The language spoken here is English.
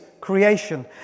creation